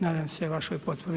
Nadam se vašoj potpori.